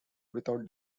without